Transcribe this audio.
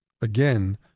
again